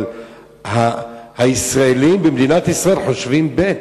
אבל הישראלים במדינת ישראל חושבים ב'.